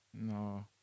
no